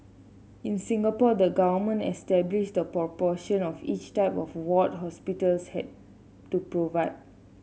in Singapore the government established the proportion of each type of ward hospitals had to provide